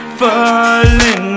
falling